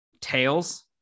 Tails